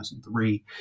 2003